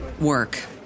work